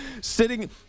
sitting